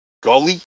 gully